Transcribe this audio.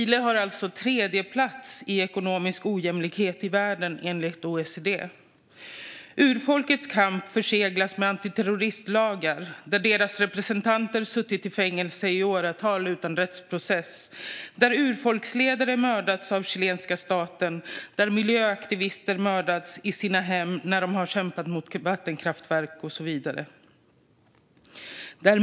Chile intar alltså en tredjeplats i ekonomisk ojämlikhet i världen, enligt OECD. Urfolkets kamp förseglas med hjälp av antiterroristlagar, där deras representanter har suttit i fängelse i åratal utan rättsprocess, där urfolksledare har mördats av chilenska staten, där miljöaktivister har mördats i sina hem när de har kämpat mot vattenkraftverk, och så vidare.